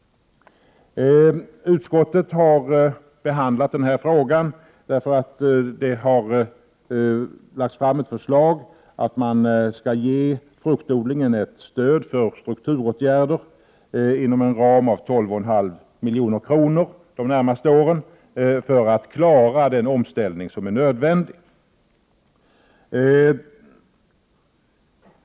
Utskottet har behandlat frågan, eftersom det har lagts fram ett förslag om att man inom en ram på 12,5 milj.kr. skall ge fruktodlingen ett stöd för strukturåtgärder de närmaste åren, för att den skall kunna klara den omställning som är nödvändig.